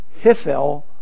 hifel